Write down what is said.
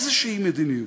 איזו מדיניות,